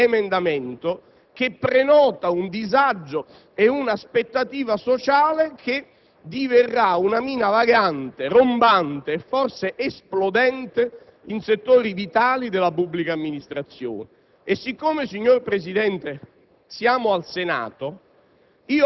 perché siamo di fronte ad un emendamento che prenota un disagio ed un'aspettativa sociale e che è destinato a diventare una mina vagante, rombante e forse esplodente in settori vitali della pubblica amministrazione. E siccome, signor Presidente,